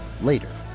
later